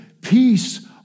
peace